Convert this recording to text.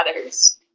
others